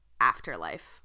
afterlife